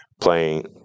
playing